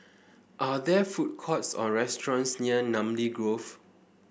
are there food courts or restaurants near Namly Grove